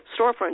storefront